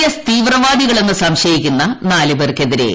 S തീവ്രവാദികളെന്ന് സംശയിക്കുന്ന നാലുപേർക്കെതിരെ എൻ